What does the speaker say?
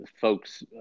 folks